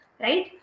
right